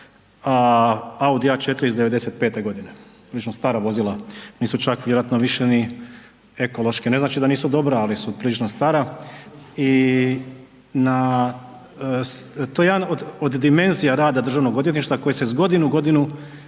a Audi A4 iz +95. godine? Prilično stara vozila, nisu čak vjerojatno više ni ekološki, ne znači da nisu dobra, ali su prilično stara. To je jedan od dimenzija rada DORH-a koji se iz godine u godinu